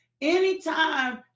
Anytime